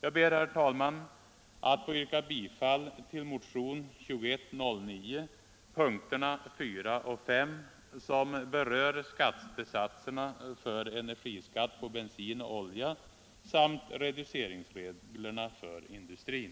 Jag ber, herr talman, att få yrka bifall till motionen 2109, punkterna 4 och 5, som berör skattesatserna för energiskatt på bensin och olja samt reduceringsreglerna för industrin.